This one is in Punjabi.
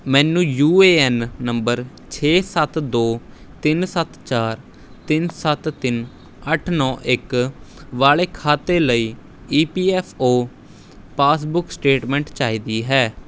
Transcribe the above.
ਮੈਨੂੰ ਯੂ ਏ ਐੱਨ ਨੰਬਰ ਛੇ ਸੱਤ ਦੋ ਤਿੰਨ ਸੱਤ ਚਾਰ ਤਿੰਨ ਸੱਤ ਤਿੰਨ ਅੱਠ ਨੌ ਇੱਕ ਵਾਲੇ ਖਾਤੇ ਲਈ E P F O passbook statement ਚਾਹੀਦੀ ਹੈ